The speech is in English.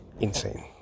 insane